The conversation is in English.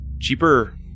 Cheaper